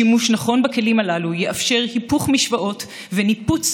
שימוש נכון בכלים הללו יאפשר היפוך משוואות וניפוץ